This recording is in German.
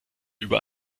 über